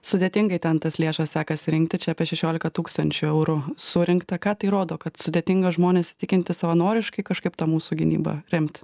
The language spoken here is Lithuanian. sudėtingai ten tas lėšas sekasi rinkti čia apie šešiolika tūkstančių eurų surinkta ką tai rodo kad sudėtinga žmones įtikinti savanoriškai kažkaip tą mūsų gynybą remt